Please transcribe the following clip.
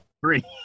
Three